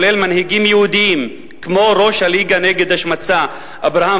כולל מנהיגים יהודים כמו ראש הליגה נגד השמצה אברהם